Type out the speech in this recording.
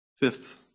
Fifth